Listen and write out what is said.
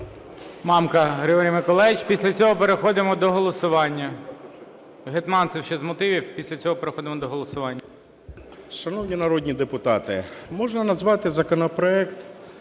Мамка Григорій Миколайович. Після цього переходимо до голосування. Гетманцев ще з мотивів, після цього переходимо до голосування. 13:00:20 МАМКА Г.М. Шановні народні депутати, можна назвати законопроект,